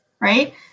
right